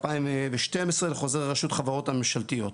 2012 - חוזר רשות החברות הממשלתיות.